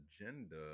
agenda